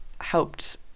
helped